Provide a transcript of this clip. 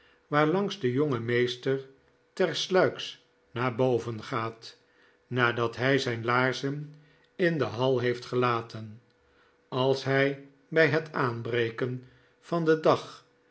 waarlangs de jonge meester tersluiks naar boven gaat nadat hij zijn laarzen in de hal heeft gelaten als hij bij het aanbreken van den dag